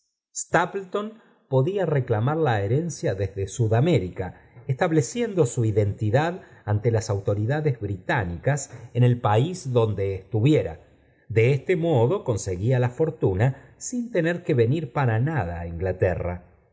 stapleton podía reclamar la herencia desde si id américa estableciendo su identidad ante las autoridades británicas en el país donde estuviera do este modo conseguía la fortuna sin tener que venir para nada a inglaterra